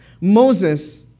Moses